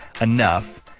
enough